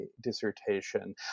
dissertation